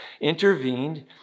intervened